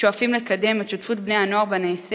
שואפים לקדם את שותפות בני-הנוער בנעשה